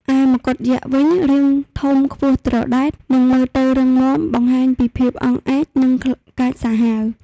ឯមកុដយក្សវិញ រាងធំ ខ្ពស់ត្រដែត និងមើលទៅរឹងមាំ បង្ហាញពីភាពអង់អាច និងកាចសាហាវ។